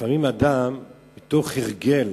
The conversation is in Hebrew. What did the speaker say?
לפעמים אדם, מתוך הרגל